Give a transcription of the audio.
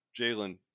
Jalen